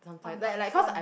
on on phone